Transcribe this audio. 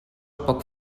poc